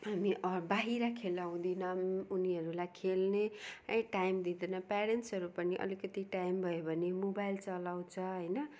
हामी बाहिर खेलाउदैनौँ उनीहरूलाई खेल्ने है टाइम दिँदैन प्यारेन्ट्सहरू पनि अलिकति टाइम भयो भने मोबाइल चलाउँछ होइन